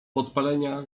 podpalenia